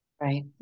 Right